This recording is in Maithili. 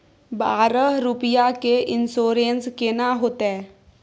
बारह रुपिया के इन्सुरेंस केना होतै?